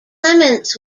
clements